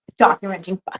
Documenting